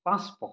পাঁচ প্ৰকাৰৰ